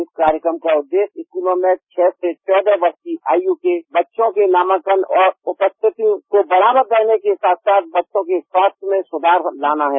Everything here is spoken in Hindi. इस कार्यक्रम का उद्देश्य स्कूलों में छह से चौदह वर्ष की आय के बच्चों के नामांकन और उपस्थिति को बढ़ावा देने के साथ साथ बच्चों के स्वास्थ्स में सुधार लाना है